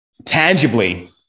Tangibly